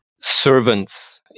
servants